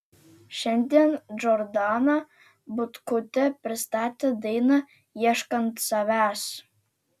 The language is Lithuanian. šiandien džordana butkutė pristatė dainą ieškant savęs